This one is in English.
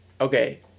okay